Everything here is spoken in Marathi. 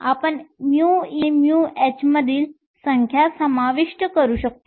तर आपण μe आणि μh मधील संख्या समाविष्ट करू शकतो